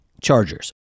Chargers